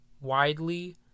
widely